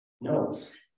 notes